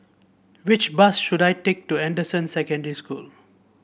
which bus should I take to Anderson Secondary School